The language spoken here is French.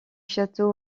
château